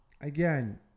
Again